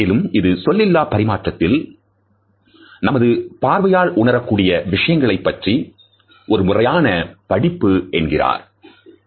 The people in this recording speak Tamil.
மேலும் இது சொல்லில்லா பரிமாற்றத்தில் நமது பார்வையால் உணரக்கூடிய விஷயங்களைப் பற்றி ஒரு முறையான படிப்பு என்கிறார்"